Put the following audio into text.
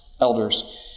elders